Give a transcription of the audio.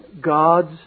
God's